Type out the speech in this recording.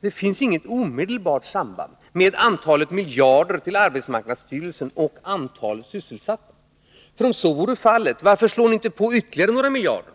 Olof Palme, mellan antalet miljarder till arbetsmarknadsstyrelsen och antalet sysselsatta. För om så vore fallet, varför slår ni då inte på ytterligare några miljarder?